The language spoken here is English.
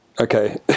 okay